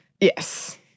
Yes